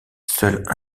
seul